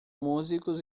músicos